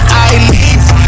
eyelids